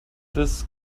das